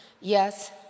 yes